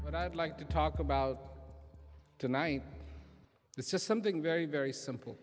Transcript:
but i'd like to talk about tonight this is something very very simple